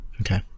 Okay